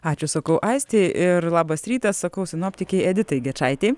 ačiū sakau aistei ir labas rytas sakau sinoptikei editai gečaitei